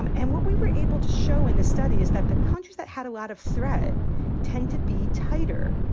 um and what we were able to show in this study is that the countries that had a lot of threat tend to be tighter,